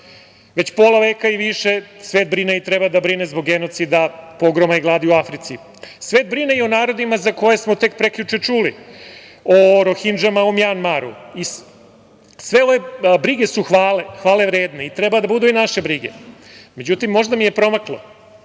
Već pola veka i više svet brine i treba da brine zbog genocida pogroma i gladi u Africi. Svet brine i o narodima za koje smo tek prekjuče čuli o Rohindžama u Mjanmaru. Sve ove brige su hvale, hvale vredne i treba da budu i naše brige. Međutim, možda mi je promaklo